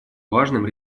важным